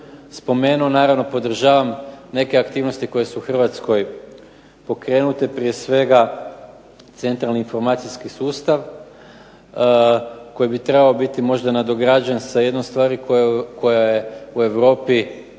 naravno podržavam neke aktivnosti koje su u Hrvatskoj pokrenute, prije svega Centralni informacijski sustav koji bi trebao biti možda nadograđen sa jednom stvari koja je u Europi